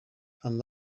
and